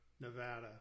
Nevada